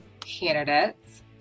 candidates